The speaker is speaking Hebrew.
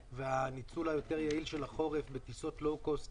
והניצול היותר יעיל של החורף בטיסות לואו קוסט